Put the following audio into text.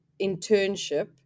internship